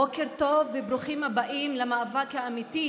בוקר טוב, וברוכים הבאים למאבק האמיתי,